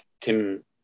Tim